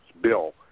bill